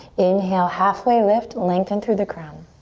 inhale, halfway lift, lengthen through the crown.